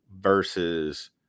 versus